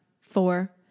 four